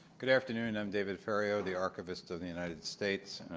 good afternoon. i'm david ferriero, the archivist of the united states.